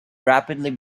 rapidly